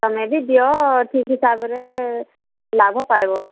ତମେ ବି ଦିଅ ଠିକ୍ ହିସାବରେ ଲାଭ ପାଇବ